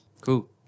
Cool